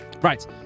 Right